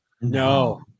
No